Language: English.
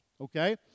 Okay